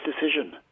decision